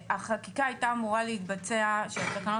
החקיקה של התקנות הייתה אמורה להתבצע ב-2006.